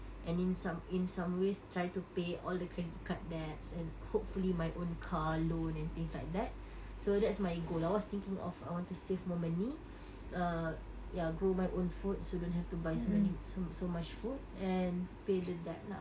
and in some in some ways try to pay all the credit card debts and hopefully my own car loan and things like that so that's my goal I was thinking of I want to save more money err ya grow my own food so don't have to buy so many so so much food and pay the debt lah